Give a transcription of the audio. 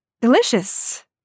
Delicious